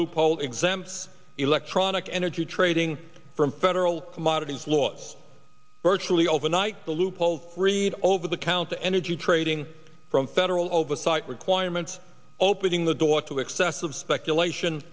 loophole exams electronic energy trading from federal moderns laws virtually overnight the loophole read over the counter energy trading from federal oversight requirements opening the door to excessive speculation